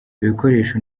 ibikoresho